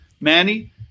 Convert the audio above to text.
Manny